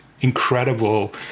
incredible